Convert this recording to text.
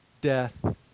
death